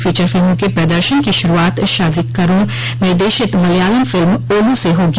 feature फिल्मों के प्रदर्शन की शुरुआत शाजी करुण निर्देशित मलयालम फिल्म ओल् से होगी